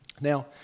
Now